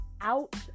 out